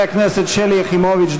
חברי הכנסת שלי יחימוביץ,